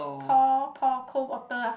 pour pour cold water ah